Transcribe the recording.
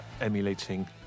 emulating